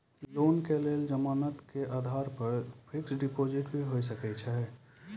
Loan के लेल जमानत के आधार पर फिक्स्ड डिपोजिट भी होय सके छै?